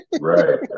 Right